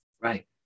right